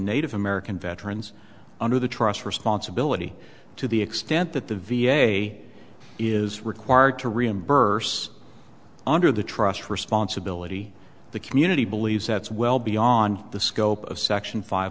native american veterans under the trust responsibility to the extent that the v a is required to reimburse under the trust responsibility the community believes that's well beyond the scope of section five